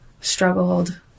struggled